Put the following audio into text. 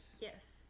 Yes